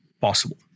possible